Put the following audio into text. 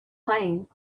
playing